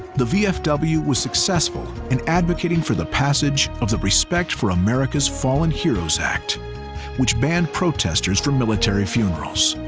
the vfw was successful in advocating for the passage of the respect for america's fallen heroes act which banned protestors from military funerals.